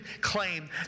claim